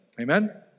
Amen